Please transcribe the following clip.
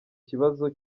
kibazo